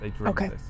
Okay